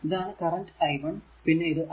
ഇതാണ് current i1 പിന്നെ ഇത് i3